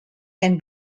can